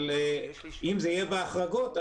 אבל אם זה יהיה בהחרגות,